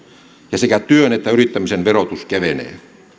ja sekä työn että yrittämisen verotus kevenee